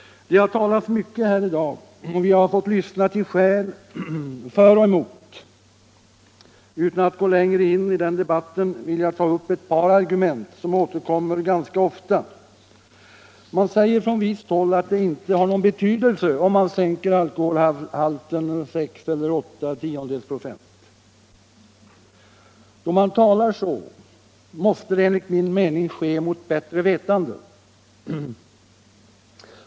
Det har talats mycket här i dag och vi har fått lyssna till skäl både för och emot mellanölet. Utan att gå längre in i den debatten vill jag ta upp ett par argument som har återkommit ganska ofta. Man säger från visst håll att det inte har någon betydelse om alkoholhalten sänks med sex eller åtta tiondels procent. De som talar så måste enligt min mening göra det mot bättre vetande.